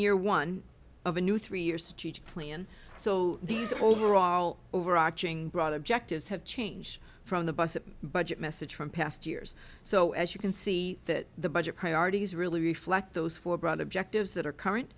year one of a new three years teaching plan so these overall overarching broad objectives have changed from the bus budget message from past years so as you can see that the budget priorities really reflect those four brother objectives that are current